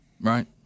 Right